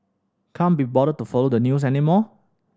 can't be bothered to follow the news anymore